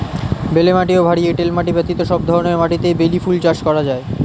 বেলে মাটি ও ভারী এঁটেল মাটি ব্যতীত সব ধরনের মাটিতেই বেলি ফুল চাষ করা যায়